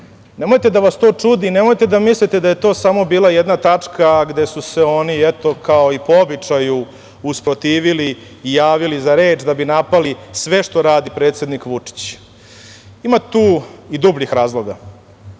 Nemojte da vas to čudi i nemojte da mislite da je to samo bila jedna tačka gde su se oni kao i po običaju usprotivili i javili za reč da bi napali sve što radi predsednik Vučić. Ima tu i dubljih razloga. Nakon